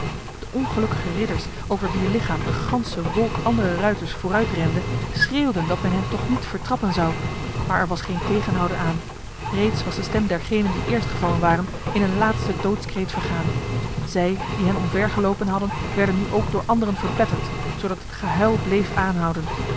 de ongelukkige ridders over wier lichaam een ganse wolk andere ruiters vooruitrende schreeuwden dat men hen toch niet vertrappen zou maar er was geen tegenhouden aan reeds was de stem dergenen die eerst gevallen waren in een laatste doodskreet vergaan zij die hen omvergelopen hadden werden nu ook door anderen verpletterd zodat het gehuil bleef aanhouden